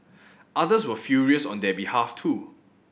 others were furious on their behalf too